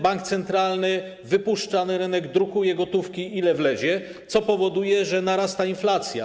Bank centralny wypuszcza na rynek, drukuje gotówkę, ile wlezie, co powoduje, że narasta inflacja.